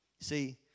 See